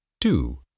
two